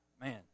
Man